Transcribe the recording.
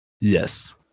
Yes